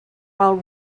while